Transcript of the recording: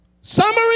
Summary